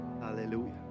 Hallelujah